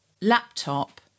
laptop